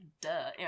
duh